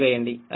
అదే విధంగా u25